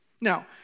Now